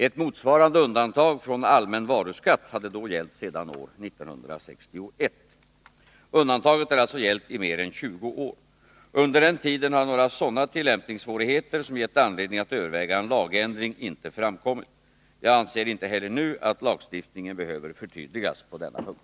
Ett motsvarande undantag från allmän varuskatt hade då gällt sedan år 1961. Undantaget har alltså gällt i mer än 20 år. Under den tiden har några sådana tillämpningssvårigheter som gett anledning att överväga en lagändring inte framkommit. Jag anser inte heller nu att lagstiftningen behöver förtydligas på denna punkt.